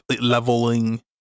leveling